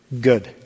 good